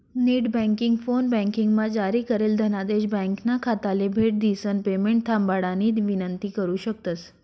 net banking, फोनबँकिंगमा जारी करेल धनादेश ब्यांकना खाताले भेट दिसन पेमेंट थांबाडानी विनंती करु शकतंस